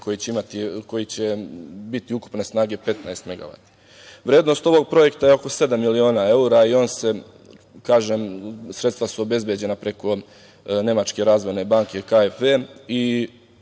koji će biti ukupne snage 15 megavata. Vrednost ovog projekta je oko sedam miliona evra i on se, kažem, sredstva su obezbeđena preko Nemačke razvojne banke KfW